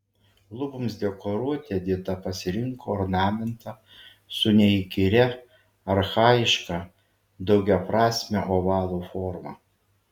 luboms dekoruoti edita pasirinko ornamentą su neįkyria archajiška daugiaprasme ovalo forma